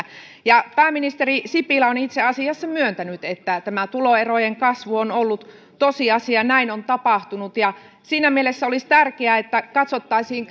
ja pääministeri sipilä on itse asiassa myöntänyt että tämä tuloerojen kasvu on ollut tosiasia näin on tapahtunut siinä mielessä olisi tärkeää että katsottaisiin